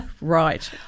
Right